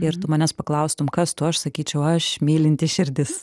ir tu manęs paklaustum kas tu aš sakyčiau aš mylinti širdis